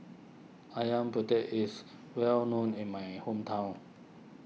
Ayam Penyet is well known in my hometown